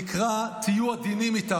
נקרא "תהיו עדינים איתם".